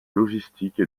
logistique